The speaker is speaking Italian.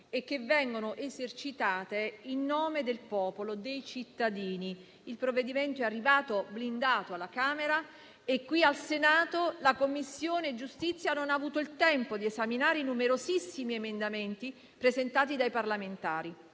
e che vengono esercitate in nome del popolo e dei cittadini. Il provvedimento è arrivato blindato alla Camera e qui al Senato la Commissione giustizia non ha avuto il tempo di esaminare i numerosissimi emendamenti presentati dai parlamentari: